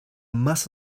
más